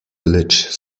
village